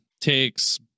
takes